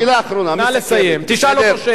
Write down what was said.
נא לסיים, תשאל אותו שאלה והוא יענה.